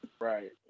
Right